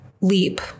leap